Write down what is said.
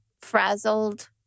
frazzled